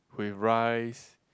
with rice